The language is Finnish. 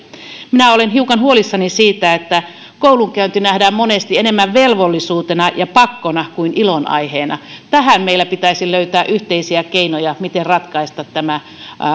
minä olen hiukan huolissani siitä että koulunkäynti nähdään monesti enemmän velvollisuutena ja pakkona kuin ilonaiheena tähän meillä pitäisi löytää yhteisiä keinoja miten ratkaista tämä